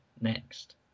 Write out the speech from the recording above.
Next